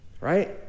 right